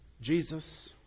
Jesus